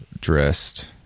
dressed